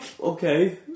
okay